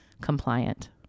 compliant